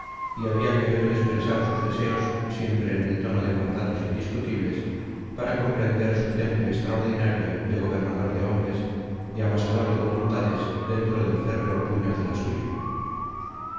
y había que oírle expresar sus deseos siempre en el tono de mandatos indiscutibles para comprender su temple extraordinario de gobernador de hombres de amasador de voluntades dentro del férreo puño de la suya